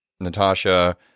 Natasha